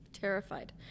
terrified